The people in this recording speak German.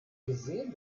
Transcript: gesehen